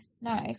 no